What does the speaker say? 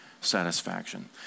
satisfaction